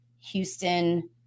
Houston